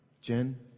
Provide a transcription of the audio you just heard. Jen